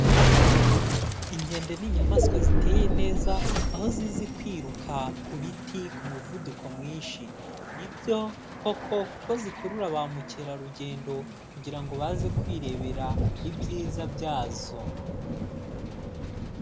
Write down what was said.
Inkende n' inyamaswa ziteye neza, aho zizi kwiruka ku biti ku muvuduko mwinshi, ni byo koko kuko zikurura ba mukerarugendo kugira ngo baze kwirebera ibyiza byazo.